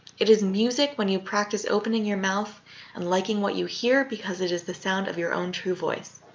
it is music when you practice opening your mouth and liking what you hear because it is the sound of your own true voice.